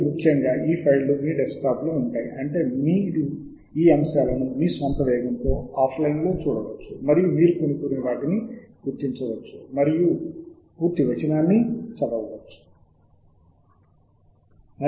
ముఖ్యమైనది ఏమిటంటే ఈ ఫైల్లు మీ డెస్క్టాప్లో ఉంటాయి అంటే ఈ అంశాల ద్వారా మీ స్వంత వేగంతో మీరు ఆఫ్లైన్లో ఉండి వెళ్ళవచ్చు ఈ పేపర్లలో ఇక్కడ మీరు పూర్తి వచనాన్ని చదవాలనుకుంటున్న వాటిని గుర్తించండి